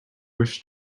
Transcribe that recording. wish